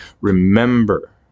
remember